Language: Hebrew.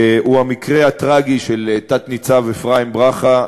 הוא המקרה הטרגי של תת-ניצב אפרים ברכה,